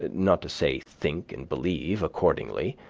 but not to say think and believe, accordingly,